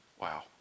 Wow